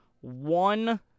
one